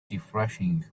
refreshing